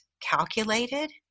calculated